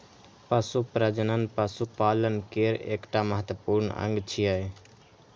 पशु प्रजनन पशुपालन केर एकटा महत्वपूर्ण अंग छियै